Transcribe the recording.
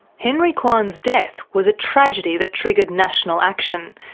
henry kwan's death was a tragedy that triggered national action,